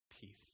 peace